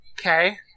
Okay